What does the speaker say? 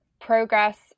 progress